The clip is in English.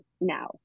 now